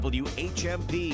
whmp